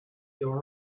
your